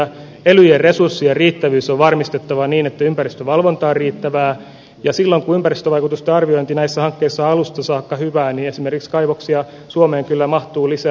elyjen resurssien riittävyys on varmistettava niin että ympäristövalvonta on riittävää ja silloin kun ympäristövaikutusten arviointi näissä hankkeissa on alusta saakka hyvää esimerkiksi kaivoksia suomeen kyllä mahtuu lisää